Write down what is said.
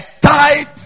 type